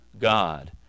God